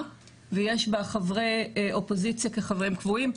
ויש בה חברי אופוזיציה כחברים קבועים.